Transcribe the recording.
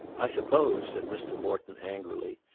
i suppose, said mr. morton angrily,